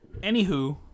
Anywho